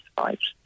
survived